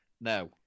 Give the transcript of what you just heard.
no